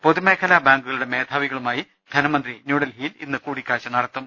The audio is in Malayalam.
പൊതു മേഖലാ ബാങ്കുകളുടെ മേധാവികളുമായി ധനമന്ത്രി ന്യൂഡൽഹിയിൽ ഇന്ന് കൂടിക്കാഴ്ച നടത്തും